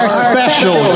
special